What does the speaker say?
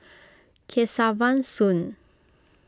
Kesavan Soon